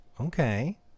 Okay